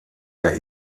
der